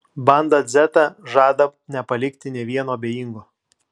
banda dzeta žada nepalikti nė vieno abejingo